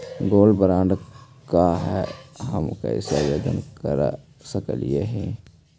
Gold bond का है, हम कैसे आवेदन कर सकली ही?